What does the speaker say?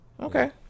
Okay